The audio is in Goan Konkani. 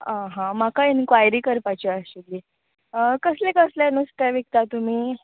आं हां म्हाका इनक्वायरी करपाची आशिल्ली कसलें कसलें नुस्तें विकता तुमी